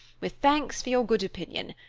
with thanks for your good opinion,